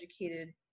educated